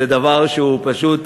זה דבר שפשוט,